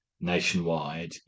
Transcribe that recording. Nationwide